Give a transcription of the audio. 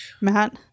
Matt